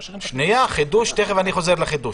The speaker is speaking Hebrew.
שנייה, תכף אני חוזר לחידוש.